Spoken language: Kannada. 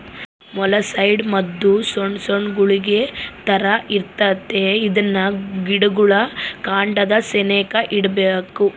ಮೊಲಸ್ಸೈಡ್ ಮದ್ದು ಸೊಣ್ ಸೊಣ್ ಗುಳಿಗೆ ತರ ಇರ್ತತೆ ಇದ್ನ ಗಿಡುಗುಳ್ ಕಾಂಡದ ಸೆನೇಕ ಇಡ್ಬಕು